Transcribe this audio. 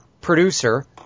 producer